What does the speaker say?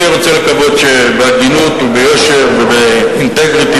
אני רוצה לקוות שבהגינות וביושר ובאינטגריטי